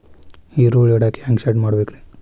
ಈರುಳ್ಳಿ ಇಡಾಕ ಹ್ಯಾಂಗ ಶೆಡ್ ಮಾಡಬೇಕ್ರೇ?